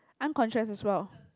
unconscious as well